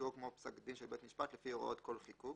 ביצועו כמו פסק דין של בית משפט לפי הוראות כל חיקוק,